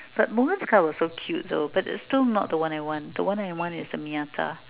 a woman's car so cute though but it's not what I want the one I want is the Miyata